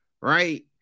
right